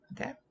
okay